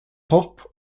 pop